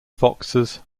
foxes